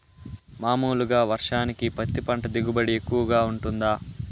మామూలుగా వర్షానికి పత్తి పంట దిగుబడి ఎక్కువగా గా వుంటుందా?